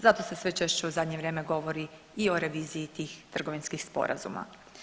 Zato se sve češće u zadnje vrijeme govori i o reviziji tih trgovinskih sporazuma.